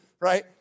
right